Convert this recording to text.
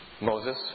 Moses